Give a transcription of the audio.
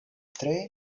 tre